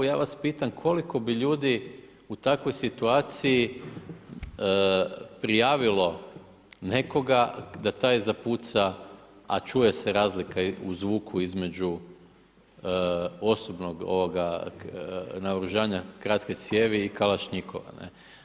Ja vas pitam koliko bi ljudi u takvoj situaciji prijavilo nekoga da taj zapuca, a čuje se razlika u zvuku između osobnog naoružanja kratke cijevi i kalašnjikova?